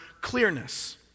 clearness